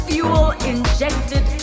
Fuel-injected